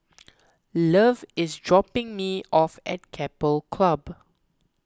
love is dropping me off at Keppel Club